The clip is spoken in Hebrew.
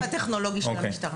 אני מהאגף הטכנולוגי של המשטרה.